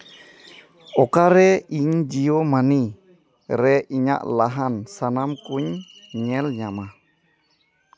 ᱚᱠᱟᱨᱮ ᱤᱧ ᱡᱤᱭᱳ ᱢᱟᱹᱱᱤ ᱨᱮ ᱤᱧᱟᱹᱜ ᱞᱟᱦᱟᱱ ᱥᱟᱱᱟᱢ ᱠᱚᱧ ᱧᱮᱞ ᱧᱟᱢᱟ